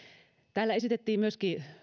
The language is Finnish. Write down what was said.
täällä esitettiin myöskin